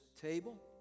table